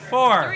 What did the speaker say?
Four